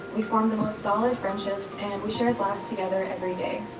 we formed the most solid friendships and we shared laughs together every day.